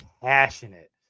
passionate